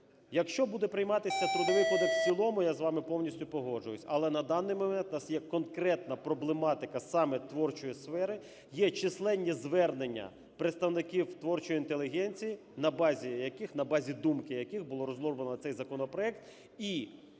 якщо буде прийматися Трудовий кодекс в цілому, я з вами повністю погоджуюся. Але на даний момент у нас є конкретна проблематика саме творчої сфери, є численні звернення представників творчої інтелігенції, на базі яких, на базі думки яких було розроблено цей законопроект